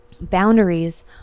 boundaries